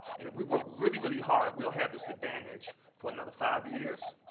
and if we work really, really hard, we'll have this advantage for another five years,